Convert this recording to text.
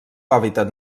hàbitat